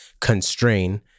constrain